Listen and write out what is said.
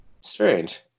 Strange